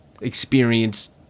experience